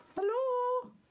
Hello